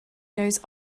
goes